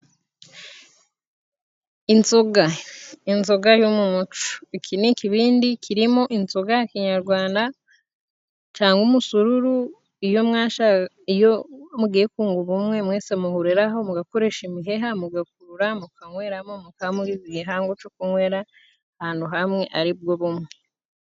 Inzoga. Inzoga yo mu muco. Iki ni ikibindi kirimo inzoga ya kinyarwanda cangwa umusururu. Iyo mugiye kunga ubumwe mwese muhuriraho mugakoresha imiheha, mugakurura mukanyweramo, mukaba mugize igihango co kunywera ahantu hamwe ari bwo bumwe.